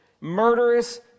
murderous